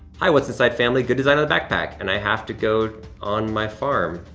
hi, what's inside family, good design on the backpack, and i have to go on my farm,